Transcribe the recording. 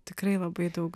tikrai labai daug